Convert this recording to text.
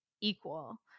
equal